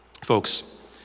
folks